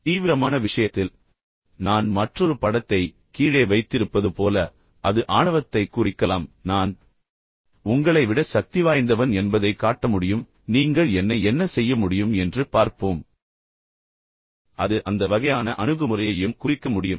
ஆனால் தீவிரமான விஷயத்தில் நான் மற்றொரு படத்தை கீழே வைத்திருப்பது போல அது ஆணவத்தைக் குறிக்கலாம் நான் உங்களை விட சக்திவாய்ந்தவன் என்பதைக் காட்ட முடியும் நீங்கள் என்னை என்ன செய்ய முடியும் என்று பார்ப்போம் எனவே அது அந்த வகையான அணுகுமுறையையும் குறிக்க முடியும்